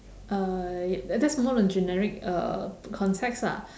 uh ya that's more on generic uh context ah